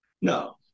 no